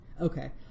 okay